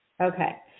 Okay